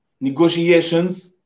negotiations